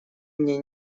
мне